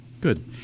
Good